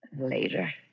Later